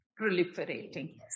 proliferating